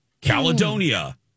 Caledonia